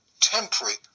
temporary